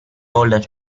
told